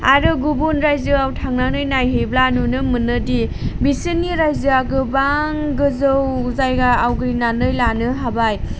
आरो गुबुन रायजोयाव थांनानै नायहैब्ला नुनो मोनो दि बिसोरनि रायजोआ गोबां गोजौ जायगा आवग्रिनानै लानो हाबाय